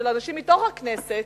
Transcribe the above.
של אנשים מתוך הכנסת